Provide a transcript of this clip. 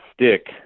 stick